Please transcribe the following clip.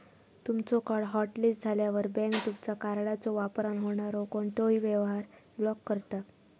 तुमचो card hotlist झाल्यावर, bank तुमचा कार्डच्यो वापरान होणारो कोणतोही व्यवहार ब्लॉक करता